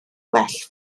well